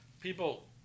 people